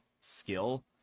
skill